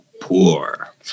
poor